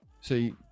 See